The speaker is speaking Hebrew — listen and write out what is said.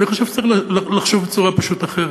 אני חושב שצריך פשוט לחשוב בצורה אחרת.